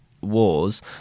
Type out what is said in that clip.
wars